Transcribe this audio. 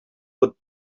would